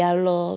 ya lor